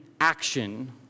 action